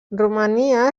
romania